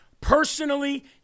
Personally